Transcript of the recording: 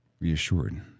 reassured